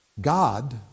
God